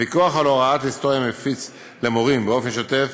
הפיקוח על הוראת היסטוריה מפיץ למורים באופן שוטף